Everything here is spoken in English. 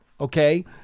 okay